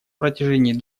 протяжении